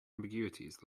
ambiguities